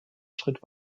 schritt